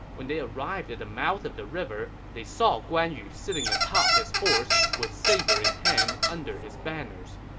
when they arrived at the mouth of the river, they saw guan yu sitting atop his horse with saber in hand under his banners.